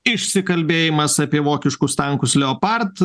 išsikalbėjimas apie vokiškus tankus leopard